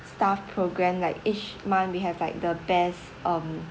staff program like each month we have like the best um